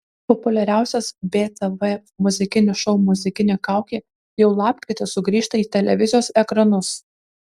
populiariausias btv muzikinis šou muzikinė kaukė jau lapkritį sugrįžta į televizijos ekranus